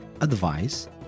advice